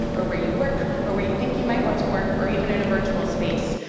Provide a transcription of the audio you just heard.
or where you work, or where you think you might want to work, or even in a virtual space,